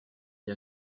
mis